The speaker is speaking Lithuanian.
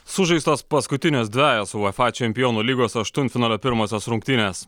sužaistos paskutinės dvejos uefa čempionų lygos aštuntfinalio pirmosios rungtynės